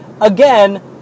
Again